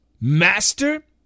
master